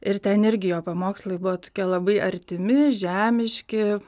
ir ten irgi jo pamokslai buvo tokie labai artimi žemiški